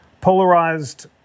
polarized